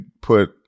put